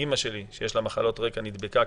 גם אימא של הכותב, שיש לה מחלות רקע, נדבקה.